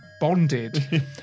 bonded